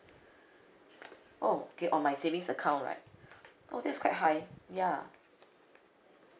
oh okay on my savings account right oh that's quite high ya